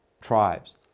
tribes